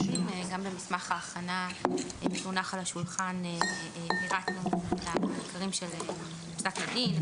גם במסמך ההכנה שהונח על השולחן פירטנו את העיקרים של פסק הדין,